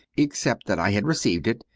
except that i had received it,